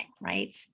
Right